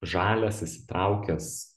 žalias įsitraukęs